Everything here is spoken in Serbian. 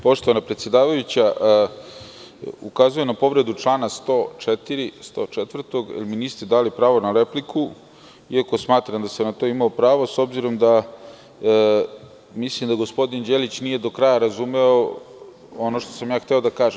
Poštovana predsedavajuća, ukazujem na povredu člana 104, jer mi niste dali pravo na repliku iako smatram da sam na to imao pravo s obzirom da mislim da gospodin Đelić nije do kraja razumeo ono što sam hteo da kažem.